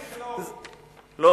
זה אני,